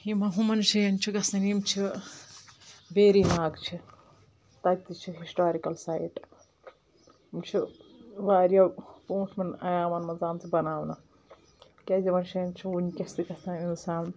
یِم ہُمَن جایَن چھِ گژھان یِم چھِ وَیٚری ناگ چھِ تَتہِ تہِ چھِ ہِسٹارِکَل سایِٹ یِم چھِ واریاہ برونٛٹھمٮ۪ن اَیامَن منٛز آمژٕ بَناونہٕ کیٛازِ یِمَن جایَن چھِ وٕنکیٚس تہِ گژھان اِنسان